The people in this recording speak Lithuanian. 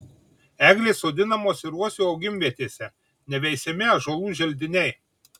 eglės sodinamos ir uosių augimvietėse neveisiami ąžuolų želdiniai